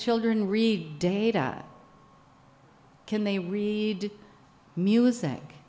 children read data can they read music